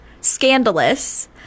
scandalous